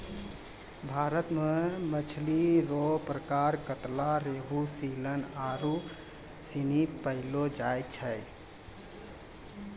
भारत मे मछली रो प्रकार कतला, रेहू, सीलन आरु सनी पैयलो जाय छै